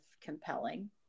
compelling